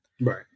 Right